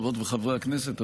חברות וחברי הכנסת,